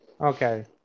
Okay